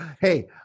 hey